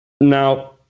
Now